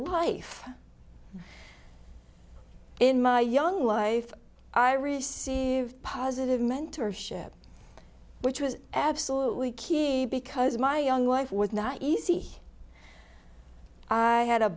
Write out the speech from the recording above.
life in my young life i received positive mentorship which was absolutely key because my young life was not easy i had a